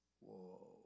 Whoa